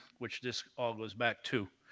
which this all goes back to.